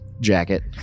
jacket